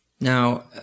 Now